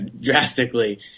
drastically